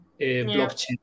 blockchain